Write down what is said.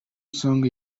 sung